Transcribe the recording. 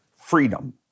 freedom